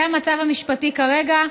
זה המצב המשפטי כרגע.